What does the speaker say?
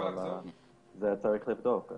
אבל את זה צריך לבדוק,